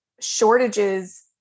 Shortages